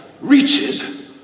reaches